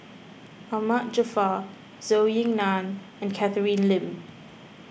Ahmad Jaafar Zhou Ying Nan and Catherine Lim